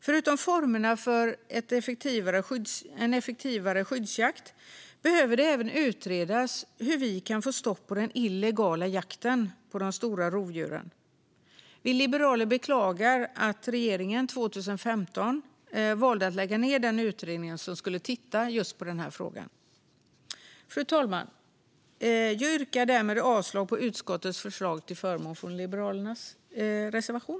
Förutom formerna för en effektivare skyddsjakt behöver det även utredas hur vi kan få stopp på den illegala jakten på de stora rovdjuren. Vi liberaler beklagar att regeringen 2015 valde att lägga ned den utredning som skulle titta på just den här frågan. Fru talman! Jag yrkar därmed avslag på utskottets förslag till förmån för Liberalernas reservation.